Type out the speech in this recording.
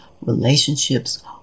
relationships